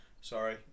Sorry